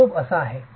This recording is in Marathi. हिशोब अशी आहे